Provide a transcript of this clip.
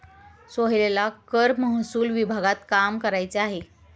सोहेलला कर महसूल विभागात काम करायचे आहे